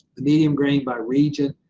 the medium grain by region.